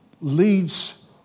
leads